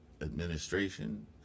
Administration